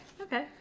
Okay